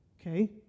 okay